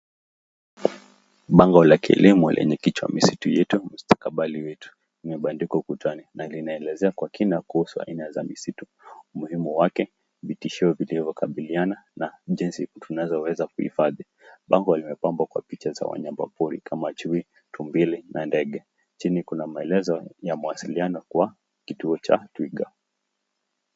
Bango la kilimo yenye kichwa misitu yetu, mstakabali yetu imebandikwa ukutani na linaelezea kwa kina kuhusu aina ya misitu, umuhimu wake, vitisho vilivyokabiliana na jinsi tunavyoweza kuhifadhi. Bango limepambwa kwa picha za wanyama pori kama chui, tumbili na ndege, chini kuna maelezo ya mawasiliano kwa kituo cha twiga.